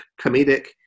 comedic